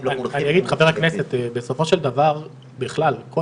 הם לא מונחים --- חבר הכנסת אני אגיד שבסופו של דבר בכלל כל